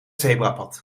zebrapad